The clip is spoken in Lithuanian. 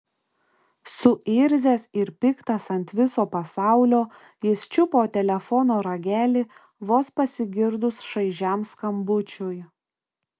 suirzęs ir piktas ant viso pasaulio jis čiupo telefono ragelį vos pasigirdus šaižiam skambučiui